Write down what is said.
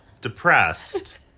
Depressed